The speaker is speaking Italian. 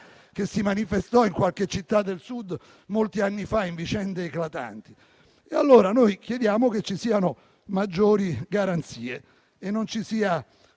che si manifestò in qualche città del Sud molti anni fa in vicende eclatanti. Chiediamo quindi che ci siano maggiori garanzie e non ci sia